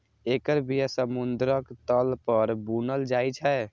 एकर बिया समुद्रक तल पर बुनल जाइ छै